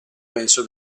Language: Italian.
penso